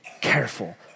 careful